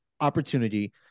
opportunity